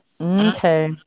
Okay